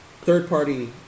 third-party